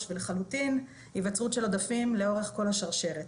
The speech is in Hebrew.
ולחלוטין היווצרות של עודפים לאורך כל השרשרת,